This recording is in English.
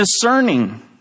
discerning